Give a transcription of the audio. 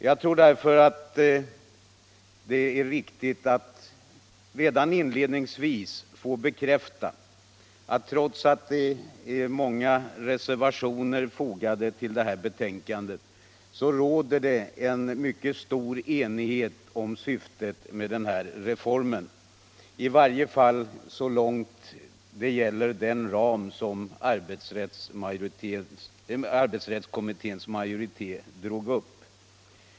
Det känns därför viktigt att redan inledningsvis få bekräfta att det, trots att många reservationer är fogade till det här betänkandet, råder en mycket stor enighet om syftet med den här reformen -— i varje fall så långt det gäller den ram som arbetsrättskommitténs majoritet drog upp.